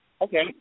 Okay